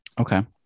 Okay